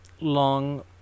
long